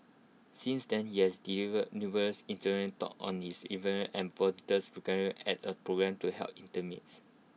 since then he has delivered numerous inspiration talks on his endeavours and volunteers at A programme to help intimates